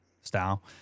style